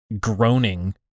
groaning